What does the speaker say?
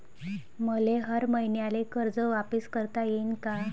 मले हर मईन्याले कर्ज वापिस करता येईन का?